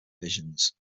divisions